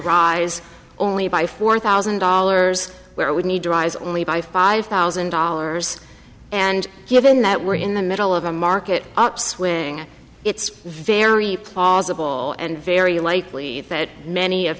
rise only by four thousand dollars where it would need to rise only by five thousand dollars and given that we're in the middle of a market upswing it's very plausible and very likely that many of